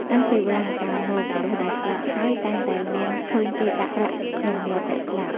តាំងពីបុរាណកាលមក មនុស្សដែលស្លាប់ហើយតែងតែមានឃើញគេដាក់ប្រាក់ក្នុងមាត់អ្នកស្លាប់ ។